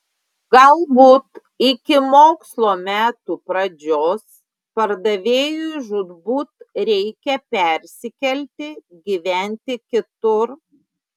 galbūt iki mokslo metų pradžios pardavėjui žūtbūt reikia persikelti gyventi kitur